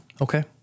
Okay